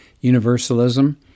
universalism